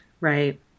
Right